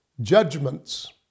judgments